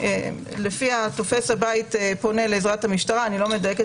לפיה תופש הבית פונה לעזרת המשטרה אני לא מדייקת